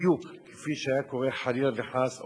בדיוק כפי שהיה קורה, חלילה וחס,